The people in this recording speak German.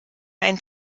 einen